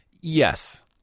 Yes